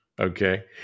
Okay